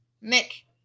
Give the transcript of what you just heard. Nick